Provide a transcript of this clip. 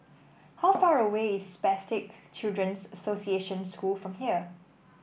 how far away is Spastic Children's Association School from here